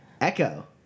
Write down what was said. Echo